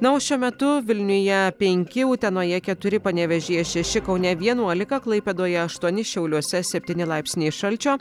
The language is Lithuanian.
na o šiuo metu vilniuje penki utenoje keturi panevėžyje šeši kaune vienuolika klaipėdoje aštuoni šiauliuose septyni laipsniai šalčio